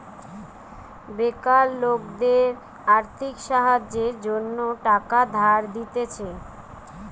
বেকার লোকদের আর্থিক সাহায্যের জন্য টাকা ধার দিতেছে